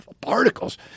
particles